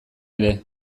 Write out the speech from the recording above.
ere